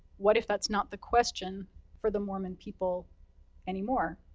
what if that's not the question for the mormon people anymore?